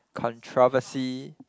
controversy